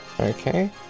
okay